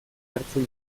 hartzen